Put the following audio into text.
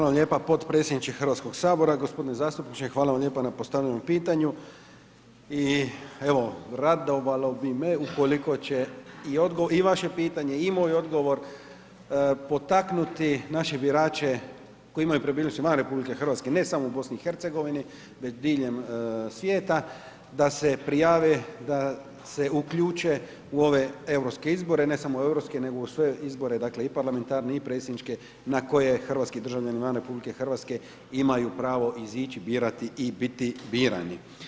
Hvala lijepa potpredsjedniče HS. g. Zastupniče, hvala vam lijepa na postavljenom pitanju i evo, radovalo bi me ukoliko će i vaše pitanje i moj odgovor potaknuti naše birače koji imaju prebivalište van RH, ne samo u BiH, već diljem svijeta da se prijave, da se uključe u ove europske izbore, ne samo u europske, nego u sve izbore, dakle, i parlamentarne i predsjedničke, na koje hrvatski državljani van RH imaju pravo izići, birati i biti birani.